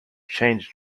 changed